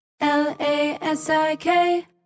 L-A-S-I-K